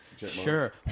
Sure